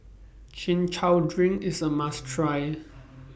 Chin Chow Drink IS A must Try